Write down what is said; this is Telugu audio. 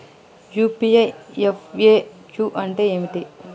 యూ.పీ.ఐ ఎఫ్.ఎ.క్యూ అంటే ఏమిటి?